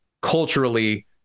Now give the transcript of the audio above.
culturally